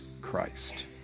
Christ